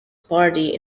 party